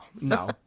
No